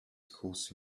schools